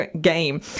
game